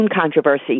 controversy